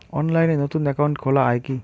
অনলাইনে নতুন একাউন্ট খোলা য়ায় কি?